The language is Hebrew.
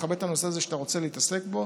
מכבד את הנושא הזה שאתה רוצה להתעסק בו.